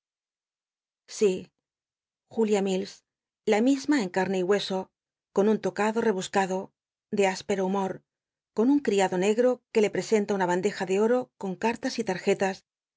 si julia milis la misma en carne y hueso con un tocado rebuscado de tispero humo con un criado negro cjue le presenta una bandeja de oro on cartas y tarjetas